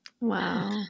Wow